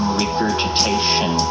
regurgitation